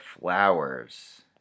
flowers